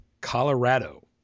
Colorado